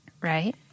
Right